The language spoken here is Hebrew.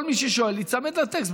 כל מי ששואל ייצמד לטקסט.